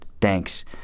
Thanks